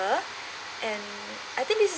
and I think